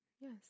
Yes